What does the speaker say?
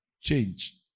change